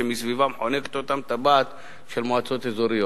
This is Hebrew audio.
מסביבן חונקת אותן טבעת של מועצות אזוריות.